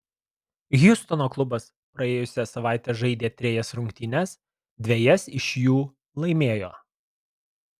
hjustono klubas praėjusią savaitę žaidė trejas rungtynes dvejas iš jų laimėjo